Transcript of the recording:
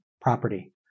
property